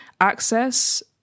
access